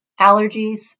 allergies